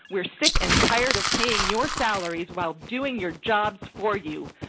we're sick and tired of paying your salaries while doing your jobs for you.